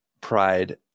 pride